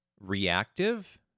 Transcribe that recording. reactive